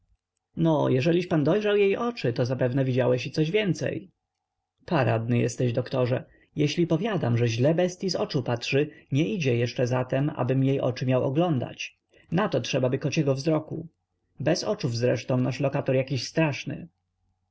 no jeżeliś pan dojrzał jej oczy to zapewne widziałeś i coś więcej paradny jesteś doktorze jeśli powiadam że źle bestyi z oczu patrzy nie idzie jeszcze zatem abym jej oczy miał oglądać na to trzebaby kociego wzroku bez oczów zresztą nasz lokator jakiś straszny